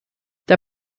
der